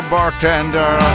Bartender